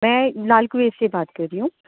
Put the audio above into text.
میں لال کنواں سے بات کر رہی ہوں